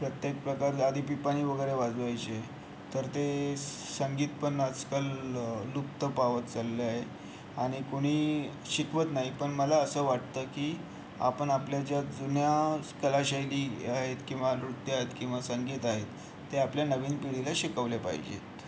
प्रत्येक प्रकार आधी पिपाणी वगैरे वाजवायचे तर ते संगीत पण आजकाल लुप्त पावत चाललं आहे आणि कोणी शिकवत नाही पण मला असं वाटतं की आपण आपल्या ज्या जुन्या कला शैली आहेत किंवा नृत्य आहेत किंवा संगीत आहेत ते आपल्या नवीन पिढीला शिकवले पाहिजेत